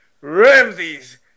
Ramsey's